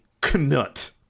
knut